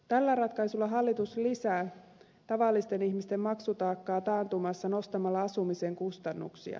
tällä ratkaisulla hallitus lisää tavallisten ihmisten maksutaakkaa taantumassa nostamalla asumisen kustannuksia